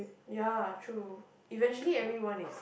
ya true eventually everyone is